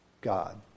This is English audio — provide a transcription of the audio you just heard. god